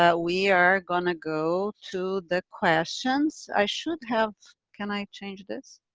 ah we are going to go to the questions. i should have, can i change this?